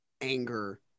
anger